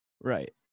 right